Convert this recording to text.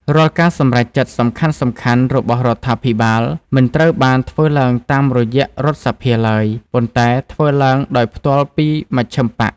រាល់ការសម្រេចចិត្តសំខាន់ៗរបស់រដ្ឋាភិបាល មិនត្រូវបានធ្វើឡើងតាមរយៈរដ្ឋសភាឡើយ ប៉ុន្តែធ្វើឡើងដោយផ្ទាល់ពីមជ្ឈិមបក្ស។